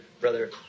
brother